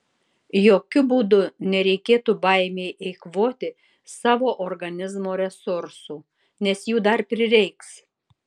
jokiu būdu nereikėtų baimei eikvoti savo organizmo resursų nes jų dar prireiks